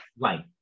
Right